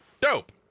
dope